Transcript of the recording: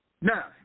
Now